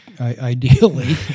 ideally